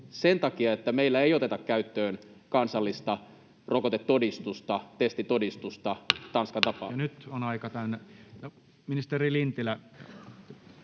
sen takia, että meillä ei oteta käyttöön kansallista rokotetodistusta, testitodistusta [Puhemies